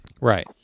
Right